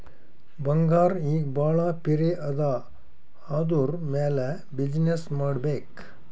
ಬಂಗಾರ್ ಈಗ ಭಾಳ ಪಿರೆ ಅದಾ ಅದುರ್ ಮ್ಯಾಲ ಬಿಸಿನ್ನೆಸ್ ಮಾಡ್ಬೇಕ್